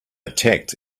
attacked